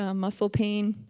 ah muscle pain.